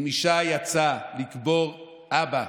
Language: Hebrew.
אם אישה יצאה לקבור אבא,